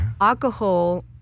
alcohol